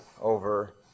over